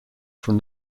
from